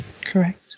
correct